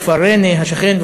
לכפר ריינה השכן.